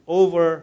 over